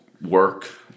work